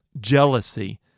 jealousy